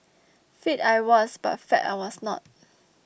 fit I was but fab I was not